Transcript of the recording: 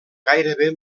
gairebé